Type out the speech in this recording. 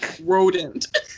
Rodent